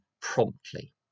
promptly